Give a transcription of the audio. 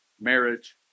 marriage